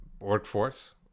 workforce